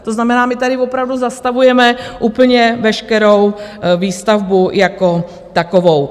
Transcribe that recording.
To znamená, my tady opravdu zastavujeme úplně veškerou výstavbu jako takovou.